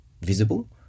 visible